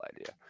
idea